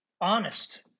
Honest